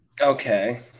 Okay